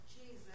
Jesus